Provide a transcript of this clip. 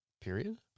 period